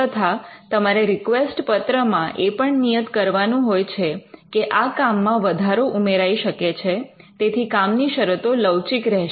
તથા તમારે રિકવેસ્ટ પત્રમા એ પણ નિયત કરવાનું હોય છે કે આ કામમાં વધારો ઉમેરાઈ શકે છે તેથી કામની શરતો લવચીક રહેશે